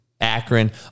Akron